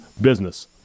business